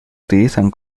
utilizan